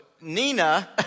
Nina